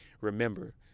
Remember